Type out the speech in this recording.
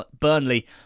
Burnley